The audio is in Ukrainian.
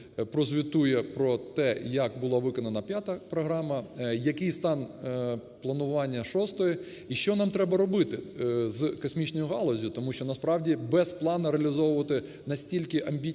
прозвітує про те, як була виконана П'ята програма, який стан планування Шостої і що нам треба робити з космічною галуззю, тому що, насправді, без плану реалізовувати настільки амбітні